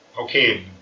okay